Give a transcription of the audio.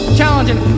Challenging